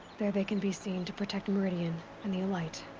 there they can be seen to protect meridian. and the alight.